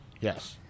Yes